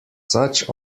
such